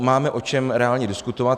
Máme o čem reálně diskutovat.